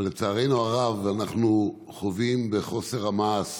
אבל לצערנו הרב, אנחנו חווים את חוסר המעש